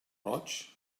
roig